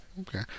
Okay